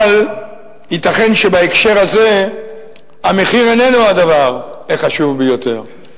אבל ייתכן שבהקשר הזה המחיר איננו הדבר החשוב ביותר.